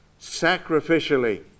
sacrificially